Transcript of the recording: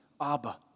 Abba